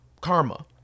Karma